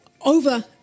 over